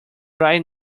right